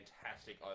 fantastic